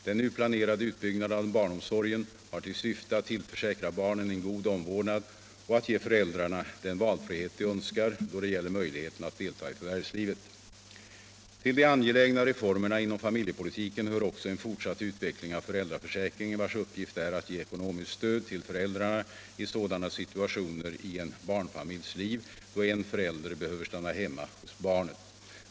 Den nu planerade utbyggnaden av barnomsorgen har till syfte att tillförsäkra barnen en god omvårdnad och att ge föräldrarna den valfrihet de önskar då det gäller möjligheterna att delta i förvärvslivet. Till de angelägna reformerna inom familjepolitiken hör också en fortsatt utveckling av föräldraförsäkringen, vars uppgift är att ge ekonomiskt stöd till föräldrarna i sådana situationer i en barnfamiljs liv då en förälder behöver stanna hemma hos barnet.